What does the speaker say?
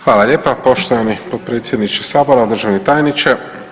Hvala lijepa poštovani potpredsjedniče sabora, državni tajniče.